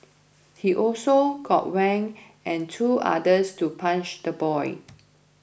he also got Wang and two others to punch the boy